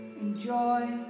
enjoy